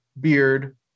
beard